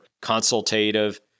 consultative